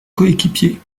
coéquipier